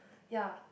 ya